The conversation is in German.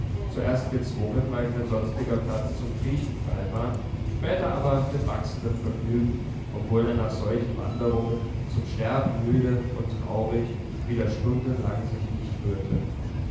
zuerst gezwungen weil kein sonstiger platz zum kriechen frei war später aber mit wachsendem vergnügen obwohl er nach solchen wanderungen zum sterben müde und traurig wieder stundenlang sich nicht rührte